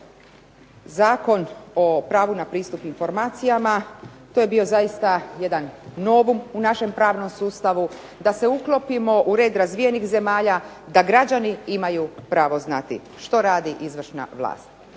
Zakon o pravu na pristup informacijama to je bio zaista jedan novum u našem pravnom sustavu da se uklopimo u red razvijenih zemalja, da građani imaju pravo znati što radi izvršna vlast.